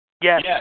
Yes